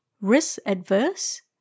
risk-adverse